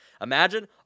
Imagine